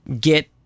get